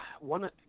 one